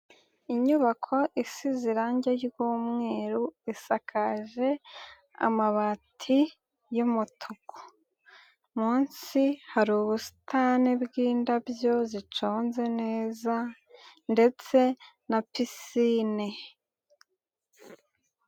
Inyubako isize irange ry'umweru isakaje amabati y'umutuku, munsi hari ubusitani bw'indabyo ziconze neza ndetse na pisine.